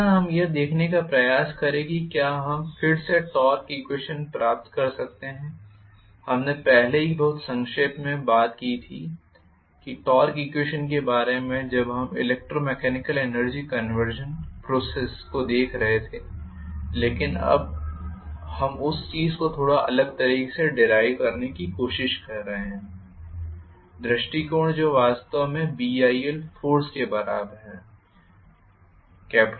अगला हमें यह देखने का प्रयास करें कि क्या हम फिर से टॉर्क ईक्वेशन प्राप्त कर सकते हैं हमने पहले ही बहुत संक्षेप में बात की थी टॉर्क ईक्वेशन के बारे में जब हम ईलेक्ट्रोमेकेनिकल एनर्जी कंवर्सन प्रोसेस को देख रहे थे लेकिन अब हम उसी चीज़ को थोड़ा अलग तरीके से डिराइव करने की कोशिश कर रहे हैं दृष्टिकोण जो वास्तव में Bil फोर्स के बराबर है